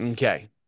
Okay